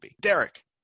Derek